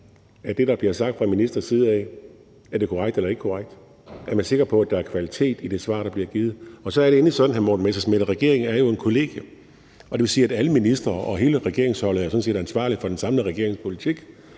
det, der bliver sagt fra en ministers side: Er det korrekt eller ikke korrekt? Er man sikker på, at der er kvalitet i det svar, der bliver givet? Og endelig er det sådan, hr. Morten Messerschmidt, at regeringen jo er et kollegie, og det vil sige, at alle ministre og hele regeringsholdet sådan set er ansvarlige for den samlede regerings politik.